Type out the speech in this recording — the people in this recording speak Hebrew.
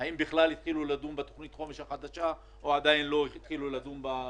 האם בכלל התחילו לדון בתוכנית החומש החדשה או עדיין לא התחילו לדון בה?